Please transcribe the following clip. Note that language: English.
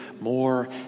more